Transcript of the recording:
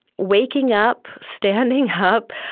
waking up, standing up,